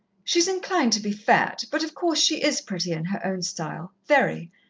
she's inclined to be fat, but, of course, she is pretty, in her own style very.